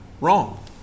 wrong